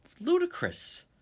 ludicrous